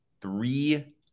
Three